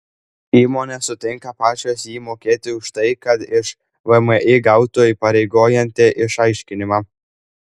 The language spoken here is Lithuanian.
įmonės sutinka pačios jį mokėti už tai kad iš vmi gautų įpareigojantį išaiškinimą